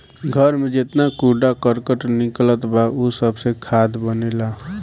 घर में जेतना कूड़ा करकट निकलत बा उ सबसे खाद बनेला